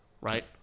right